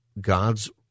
God's